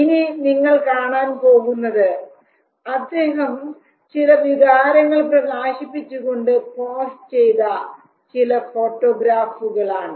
ഇനി നിങ്ങൾ കാണാൻ പോകുന്നത് അദ്ദേഹം ചില വികാരങ്ങൾ പ്രകാശിപ്പിച്ചുകൊണ്ട് പോസ് ചെയ്ത ചില ഫോട്ടോഗ്രാഫുകൾ ആണ്